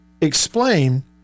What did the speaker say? explain